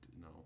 No